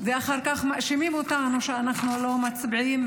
אחר כך מאשימים אותנו שאנחנו לא מצביעים,